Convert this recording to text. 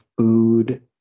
food